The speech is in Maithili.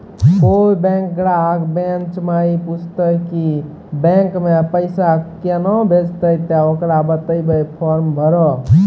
कोय बैंक ग्राहक बेंच माई पुछते की बैंक मे पेसा केना भेजेते ते ओकरा बताइबै फॉर्म भरो